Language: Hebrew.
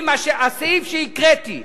הסעיף שהקראתי,